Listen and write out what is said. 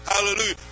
Hallelujah